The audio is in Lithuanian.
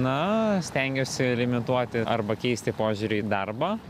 na stengiuosi limituoti arba keisti požiūrį į darbą